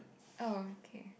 oh okay